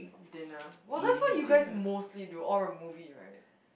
dinner was that what you guys mostly do or a movie right